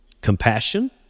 Compassion